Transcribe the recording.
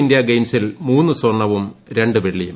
India ഗെയിംസിൽ മൂന്ന് സ്വർണ്ണവും രണ്ട് വെള്ളിയും